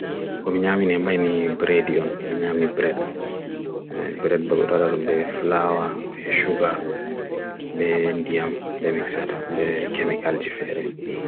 Kominyami ni am baini breadion, binyami bread. Bread bapuradalu be flour, be sugar, be indiam, be mixata, be chemical jifere.